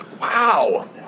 Wow